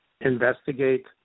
Investigate